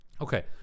okay